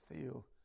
feel